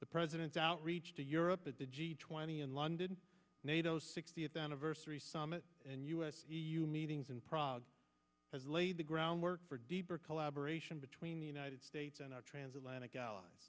the president's outreach to europe at the g twenty in london nato sixtieth anniversary summit and u s meetings in prague has laid the groundwork for deeper collaboration between the united states and our transatlantic allies